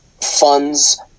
funds